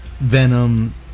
venom